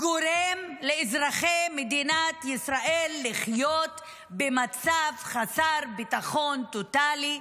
גורם לאזרחי מדינת ישראל לחיות במצב של חסר ביטחון טוטלי,